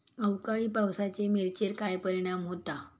अवकाळी पावसाचे मिरचेर काय परिणाम होता?